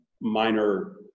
minor